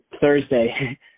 Thursday